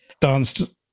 danced